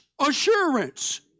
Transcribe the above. Assurance